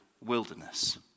wilderness